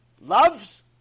loves